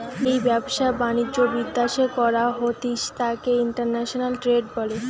যেই ব্যবসা বাণিজ্য বিদ্যাশে করা হতিস তাকে ইন্টারন্যাশনাল ট্রেড বলে